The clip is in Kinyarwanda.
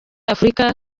afurika